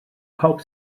pawb